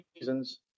reasons